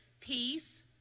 peace